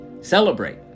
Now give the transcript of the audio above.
Celebrate